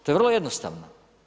To je vrlo jednostavno.